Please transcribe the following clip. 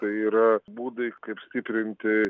tai yra būdai kaip stiprinti